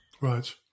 right